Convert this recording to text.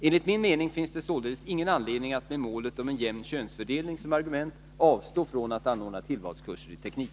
Enligt min mening finns det således ingen anledning att med målet om en jämn könsfördelning som argument avstå från att anordna tillvalskurser i teknik.